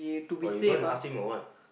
oh you gonna ask him or what